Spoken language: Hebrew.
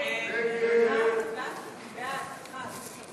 הכנסת אורלי לוי אבקסיס